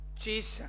Jesus